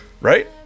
Right